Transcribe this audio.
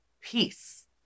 peace